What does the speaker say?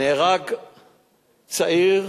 נהרג צעיר,